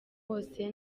wose